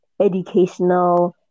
educational